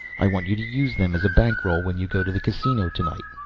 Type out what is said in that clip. i want you to use them as a bankroll when you go to the casino tonight.